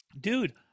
Dude